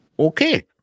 Okay